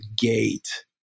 gate